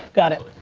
got it.